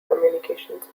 communications